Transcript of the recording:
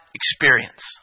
experience